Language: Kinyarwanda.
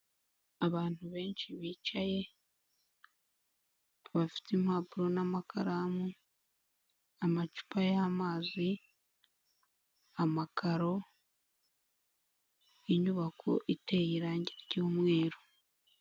Abantu benshi bicaye, bafite impapuro n'amakaramu, amacupa y'amazi, amakaro, inyubako iteye irangi ry'umweru.